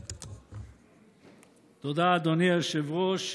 תודה, אדוני היושב-ראש.